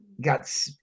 Got